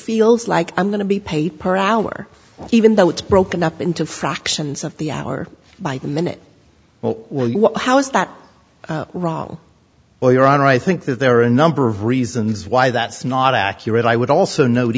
feels like i'm going to be paid per hour even though it's broken up into fractions of the hour by the minute or how is that wrong or your honor i think that there are a number of reasons why that's not accurate i would also kno